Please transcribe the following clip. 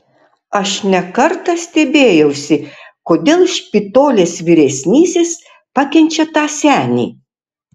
aš ne kartą stebėjausi kodėl špitolės vyresnysis pakenčia tą senį